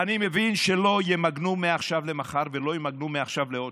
אני מבין שלא ימגנו מעכשיו למחר ולא ימגנו מעכשיו לעוד שנה.